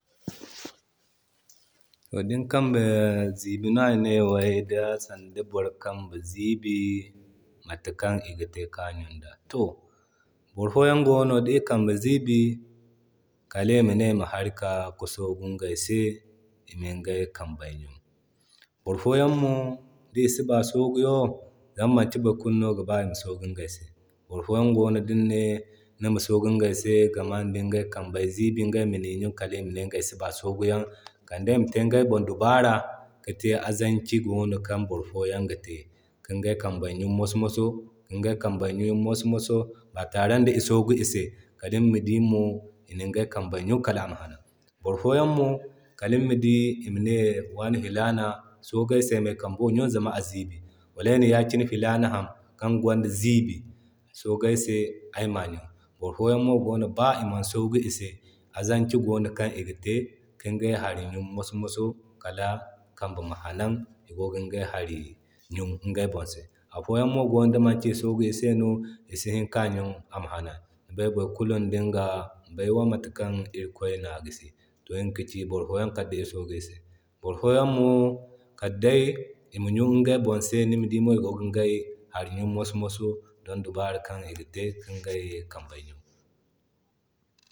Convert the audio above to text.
To din kame ziibi no ane sanda di boro kambe zii bi mata kan iga te ka ɲun da. To boro foyanwo dii kambe ziibi kal imane ima ka harii kaa ki soogu igay se ima iŋgay kambe ɲun. Boro foyan mo di siba soogu yan zama manti boro kulu no giba ima soogu iŋgay se. Boro foyan gono din ni ne nima soogu i se game da i kambey ziibi iŋgayma ɲun kal ima ne iŋgay siba soogu yan kal ima te iŋgay bon dubara ki te azanci gono kan boro foyan ga te ki iŋgay kambe ɲun maso-maso ki iŋgay kambay ɲun maso maso ba taren ŋda i soogu i se, ba tare da i soogu ise kal nima di mo ina iŋgay kambay ɲuna kal ama hanan. Boro foyan mo kal nima dii ima ne wane filana soogay se ayma ay kambo ɲun zama a ziibi, wala ay na yakine filana ham kan goda ziibi soogay se ayama jun. Boro foyan mo goono kan ba Iman soogu ise azanci goono kan iga te kin gay hari ɲun maso maso kal kambe ma hanan igo gin gah hari ɲun iŋgay bon se. Afoyan mo gono di manki ni soogu ise no isi hini ka ɲuna ama hanan. Ni bay boro kulu dinga baiwa matakan irikoy na gisi. To iŋga kaci boro foyan Kaddi i soogu i se. Boro foyan mo kadday ima jun iŋgay bon se, nima dimo igo gin gay hari ɲun maso-maso don dabara kan iga te kin gay kambey ɲun.